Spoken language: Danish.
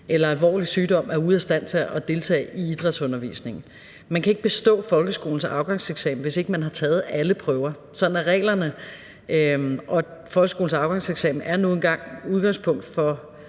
eller alvorlig sygdom er ude af stand til at deltage i idrætsundervisningen. Man kan ikke bestå folkeskolens afgangseksamen, hvis man ikke har taget alle prøver. Sådan er reglerne. Og folkeskolens afgangseksamen er nu engang udgangspunkt og